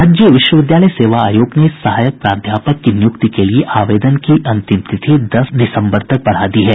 राज्य विश्वविद्यालय सेवा आयोग ने सहायक प्राध्यापक की नियुक्ति के लिए आवेदन की अंतिम तिथि दस दिसम्बर तक बढ़ा दी है